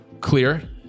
clear